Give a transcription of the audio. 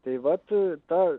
tai vat ta